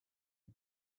the